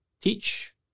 teach